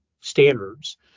standards